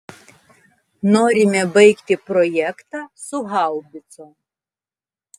norime baigti projektą su haubicom